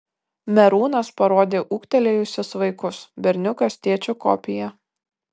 merūnas parodė ūgtelėjusius vaikus berniukas tėčio kopija